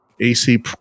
AC